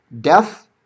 death